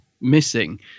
missing